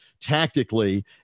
tactically